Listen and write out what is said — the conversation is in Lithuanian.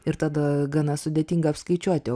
ir tada gana sudėtinga apskaičiuoti